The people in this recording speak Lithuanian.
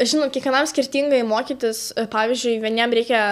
žinot kiekvienam skirtingai mokytis pavyzdžiui vieniem reikia